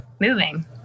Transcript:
moving